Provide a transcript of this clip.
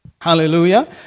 Hallelujah